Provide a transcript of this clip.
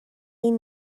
این